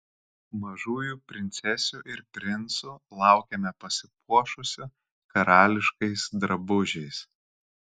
mažųjų princesių ir princų laukiame pasipuošusių karališkais drabužiais